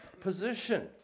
position